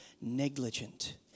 negligent